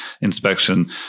inspection